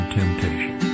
temptation